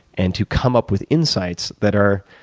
and to come up with insights that are